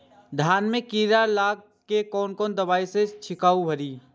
धान में कीरा लाग गेलेय कोन दवाई से छीरकाउ करी?